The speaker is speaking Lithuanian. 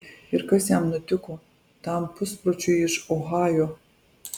ir kas jam nutiko tam puspročiui iš ohajo